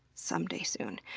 someday soon.